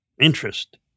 interest